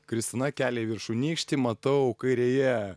kristina kelia į viršų nykštį matau kairėje